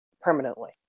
permanently